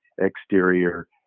exterior